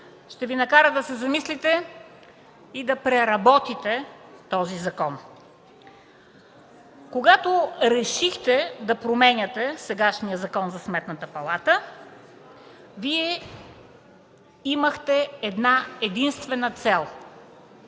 е смисълът на едно вето, и да преработите този закон. Когато решихте да променяте сегашния Закон за Сметната палата, Вие имахте една-единствена цел